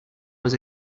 was